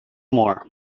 more